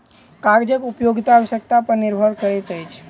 कागजक उपयोगिता आवश्यकता पर निर्भर करैत अछि